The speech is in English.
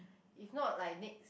if not like next